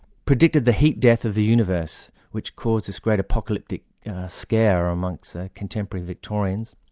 predicted the heat death of the universe, which caused this great apocalyptic scare amongst contemporary victorians.